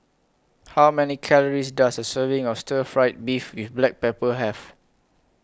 How Many Calories Does A Serving of Stir Fried Beef with Black Pepper Have